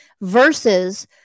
versus